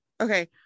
Okay